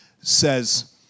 says